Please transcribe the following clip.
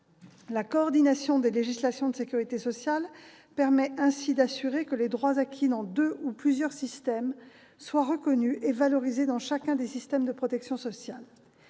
La coordination des législations de sécurité sociale permet ainsi d'assurer que les droits acquis dans deux ou plusieurs systèmes soient reconnus et valorisés dans chacun des systèmes de protection sociale.